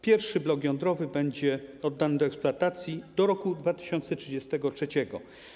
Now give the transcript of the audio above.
Pierwszy blok jądrowy będzie oddany do eksploatacji do roku 2033.